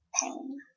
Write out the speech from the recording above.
pain